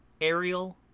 aerial